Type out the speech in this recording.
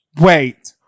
Wait